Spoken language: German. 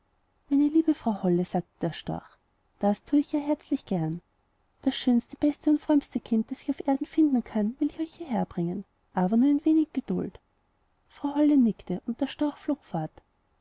meine liebe frau holle sagte der storch das tue ich ja herzlich gern das schönste beste und frömmste kind das ich auf erden finden kann will ich euch hierherbringen aber nur ein wenig geduld frau holle nickte und der storch flog fort